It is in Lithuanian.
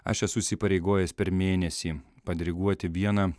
aš esu įsipareigojęs per mėnesį padiriguoti vieną